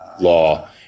law